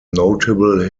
notable